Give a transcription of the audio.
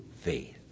faith